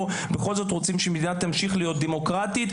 בכל זאת רוצים שהמדינה תמשיך להיות דמוקרטית,